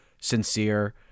sincere